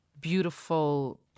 beautiful